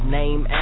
name